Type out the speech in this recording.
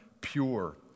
pure